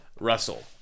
Russell